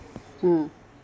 hmm